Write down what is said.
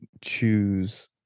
choose